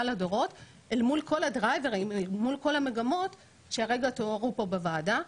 לדורות אל מול כל המגמות שהרגע תוארו פה בוועדה.